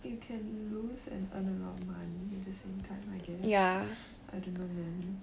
you can lose and earn a lot of money at the same time I guess I don't know man